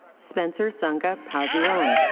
spencer sunga pasion.